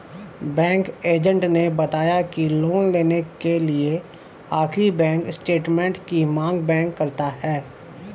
bank agent ने बताया की लोन लेने के लिए आखिरी बैंक स्टेटमेंट की मांग बैंक करता है